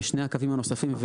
ושני הקווים הנוספים,